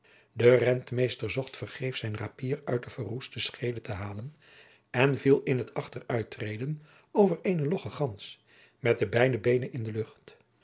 de rentmeester zocht vergeefs zijn rapier uit de verroeste schede te halen en viel in t achteruit treden over eene logge gans met de beide beenen in de lucht